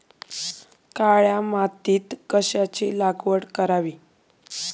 काळ्या मातीत कशाची लागवड करावी?